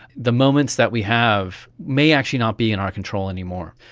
the moments that we have, may actually not be in our control anymore.